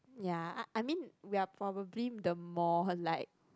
ya uh I mean we are probably the more like